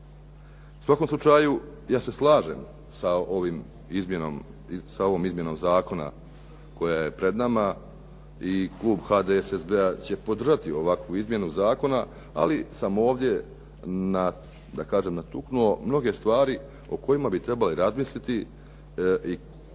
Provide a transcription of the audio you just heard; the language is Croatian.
U svakom slučaju ja se slažem sa ovom izmjenom zakona koje je pred nama, i klub HDSSB-a će podržati ovakvu izmjenu zakona, ali sam ovdje da kažem natuknuo mnoge stvari o kojima bi trebali razmisliti u svezi